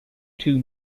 two